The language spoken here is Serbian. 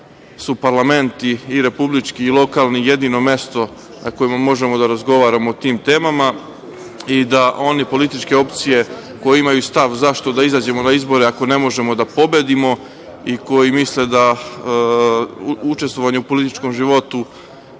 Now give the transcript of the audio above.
su parlament, i republički i lokalni, jedino mesto na kojima možemo da razgovaramo o tim temama i da one političke opcije koje imaju stav – zašto da izađemo na izbore ako ne možemo da pobedimo i koji misle da učestvovanje u političkom životu